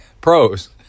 pros